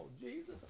Jesus